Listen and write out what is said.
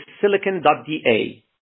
silicon.DA